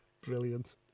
Brilliant